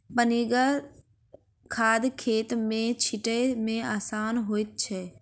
पनिगर खाद खेत मे छीटै मे आसान होइत छै